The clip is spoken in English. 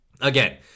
again